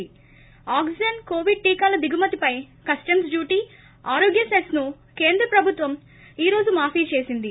ి oxygen covid టీకాల దిగుమతిపై కస్టమ్స్ డ్యూటీ ఆరోగ్య సెస్ ను కేంద్ర ప్రభుత్వం ఈ రోజు మాఫీ చేసింది